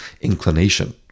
inclination